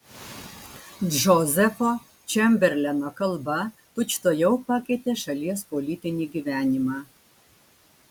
džozefo čemberleno kalba tučtuojau pakeitė šalies politinį gyvenimą